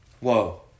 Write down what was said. Whoa